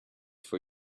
for